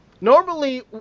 normally